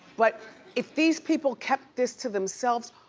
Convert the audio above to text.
but if these people kept this to themselves,